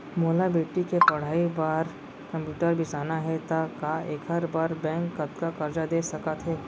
मोला बेटी के पढ़ई बार कम्प्यूटर बिसाना हे त का एखर बर बैंक कतका करजा दे सकत हे?